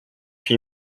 huit